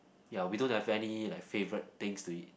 ya we don't have any like favourite things to eat